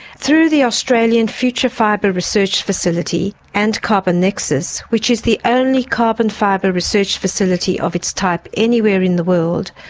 through the australian future fibre research facility and carbon nexus, which is the only carbon fibre research facility of its type anywhere in the world,